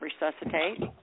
resuscitate